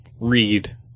read